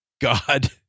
God